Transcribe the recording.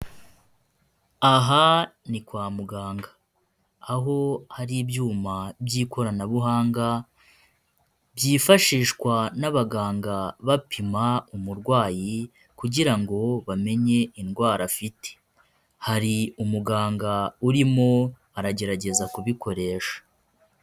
Aha ni kwa muganga aho hari ibyuma by'ikoranabuhanga byifashishwa n'abaganga bapima umurwayi kugira ngo bamenye indwara afite hari umuganga urimo aragerageza kubikoresha.